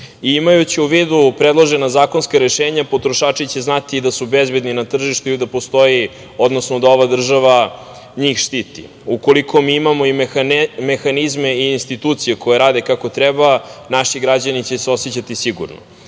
u vidu predložena zakonska rešenja, potrošači će znati da su bezbedni na tržištu i da postoji, odnosno da ova država njih štiti. Ukoliko mi imamo i mehanizme i institucije koje rade kako treba naši građani će se osećati